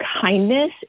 kindness